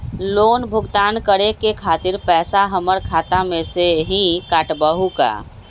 Loan भुगतान करे के खातिर पैसा हमर खाता में से ही काटबहु का?